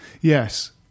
yes